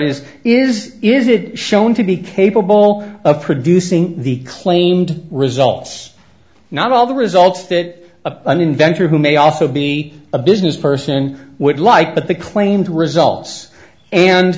is is is it shown to be capable of producing the claimed results not all the results that a an inventor who may also be a business person would like but the claim to results and